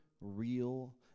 real